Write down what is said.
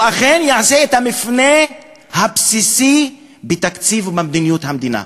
הוא אכן יעשה את המפנה הבסיסי בתקציב ובמדיניות המדינה,